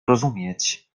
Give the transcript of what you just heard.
rozumieć